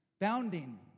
bounding